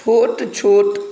छोट छोट